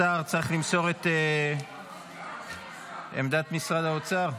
השר צריך למסור את עמדת משרד האוצר.